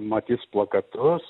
matys plakatus